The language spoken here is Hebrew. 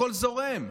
הכול זורם.